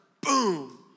boom